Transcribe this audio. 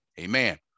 Amen